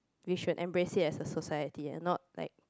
we should embrace it as a society and not like